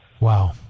Wow